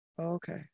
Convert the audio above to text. okay